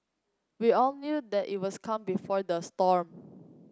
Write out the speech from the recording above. we all knew that it was calm before the storm